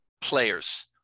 players